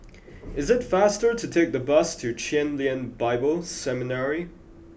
it is faster to take the bus to Chen Lien Bible Seminary